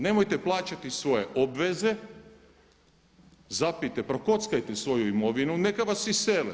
Nemojte plaćati svoje obveze, zapijte, prokockajte svoju imovinu, ne vas isele.